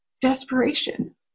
desperation